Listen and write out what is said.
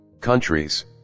countries